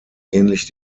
ähnlich